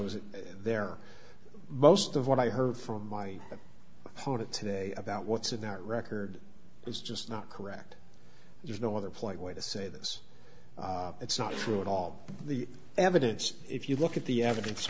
was there most of what i heard from my opponent today about what's in that record is just not correct there's no other place way to say this it's not true at all the evidence if you look at the evidence